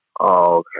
Okay